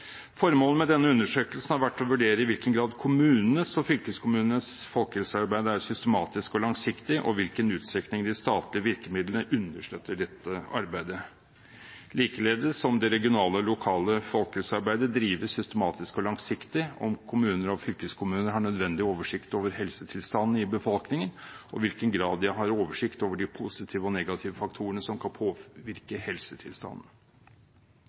Formålet med denne undersøkelsen har vært å vurdere i hvilken grad kommunenes og fylkeskommunenes folkehelsearbeid er systematisk og langsiktig, og i hvilken utstrekning de statlige virkemidlene understøtter dette arbeidet, likeledes om det regionale og lokale folkehelsearbeidet drives systematisk og langsiktig, om kommuner og fylkeskommuner har nødvendig oversikt over helsetilstanden i befolkningen, og i hvilken grad de har oversikt over de positive og negative faktorene som kan påvirke helsetilstanden.